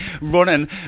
running